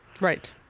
right